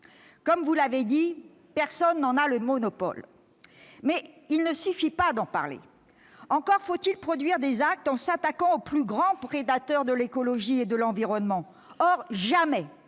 Comme vous l'avez dit, personne n'en a le monopole. Mais il ne suffit pas d'en parler ! Encore faut-il produire des actes en s'attaquant au plus grand prédateur de l'écologie et de l'environnement. Or, jamais